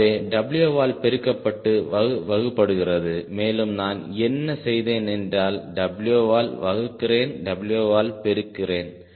ஆகவே W ஆல் பெருக்கப்பட்டு வகுக்கப்படுகிறது மேலும் நான் என்ன செய்தேன் என்றால் W ஆல் வகுக்கிறேன் W ஆல் பெருக்கிறேன்